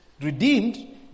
redeemed